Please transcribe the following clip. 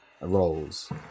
roles